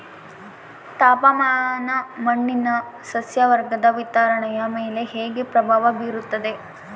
ತಾಪಮಾನ ಮಣ್ಣಿನ ಸಸ್ಯವರ್ಗದ ವಿತರಣೆಯ ಮೇಲೆ ಹೇಗೆ ಪ್ರಭಾವ ಬೇರುತ್ತದೆ?